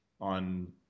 on